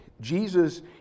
Jesus